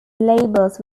labels